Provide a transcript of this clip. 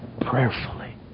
prayerfully